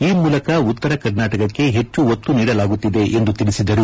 ಈ ಮೂಲಕ ಉತ್ತರ ಕರ್ನಾಟಕಕ್ಕೆ ಹೆಚ್ಚು ಒತ್ತು ನೀಡಲಾಗುತ್ತಿದೆ ಎಂದು ತಿಳಿಸಿದರು